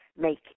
make